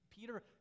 Peter